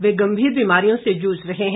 वह गंभीर बीमारियों से जूझ रहे हैं